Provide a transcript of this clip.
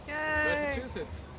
Massachusetts